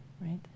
right